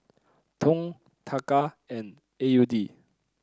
Dong Taka and A U D